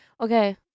okay